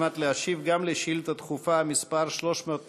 על מנת להשיב גם על שאילתה דחופה מס' 312,